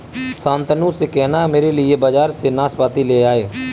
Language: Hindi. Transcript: शांतनु से कहना मेरे लिए बाजार से नाशपाती ले आए